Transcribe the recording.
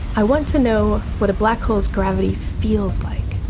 i want to know what a black hole's gravity feels like.